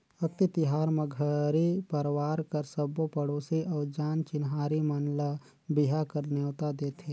अक्ती तिहार म घरी परवार कर सबो पड़ोसी अउ जान चिन्हारी मन ल बिहा कर नेवता देथे